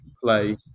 play